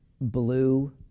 blue